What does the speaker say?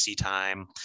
time